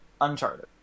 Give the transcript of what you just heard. Uncharted